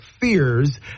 fears